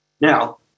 Now